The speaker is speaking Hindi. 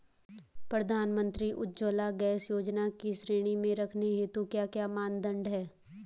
प्रधानमंत्री उज्जवला गैस योजना की श्रेणी में रखने हेतु क्या क्या मानदंड है?